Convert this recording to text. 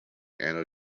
anno